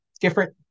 different